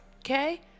Okay